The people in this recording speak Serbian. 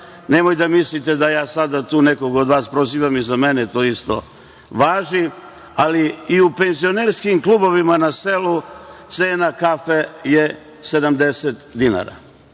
nemoj da mislite da ja sada tu nekog od vas prozivam, i za mene to isto važi, ali i u penzionerskim klubovima na selu cena kafe je 70 dinara.